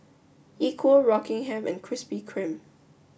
Equal Rockingham and Krispy Kreme